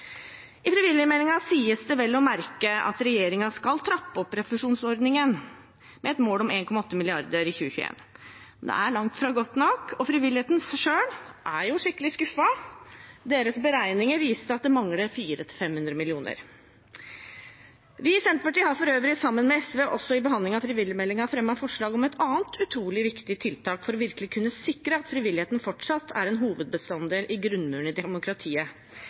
sies det vel å merke at regjeringen skal trappe opp refusjonsordningen med et mål om 1,8 mrd. kr i 2021, men det er langt fra godt nok. Frivilligheten selv er skikkelig skuffet. Deres beregninger viste at det mangler 400–500 mill. kr. Vi i Senterpartiet har for øvrig – sammen med SV – i behandlingen av frivillighetsmeldingen fremmet forslag om et annet utrolig viktig tiltak for virkelig å kunne sikre at frivilligheten fortsatt er en hovedbestanddel i grunnmuren i demokratiet